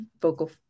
vocal